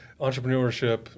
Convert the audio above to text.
entrepreneurship